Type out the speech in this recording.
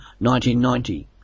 1990